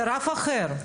זה אף אחר.